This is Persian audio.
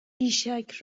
بیشک